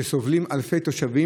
שסובלים ממנו אלפי תושבים,